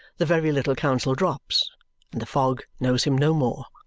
the very little counsel drops, and the fog knows him no more.